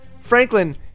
Franklin